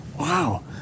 wow